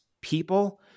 People